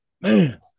man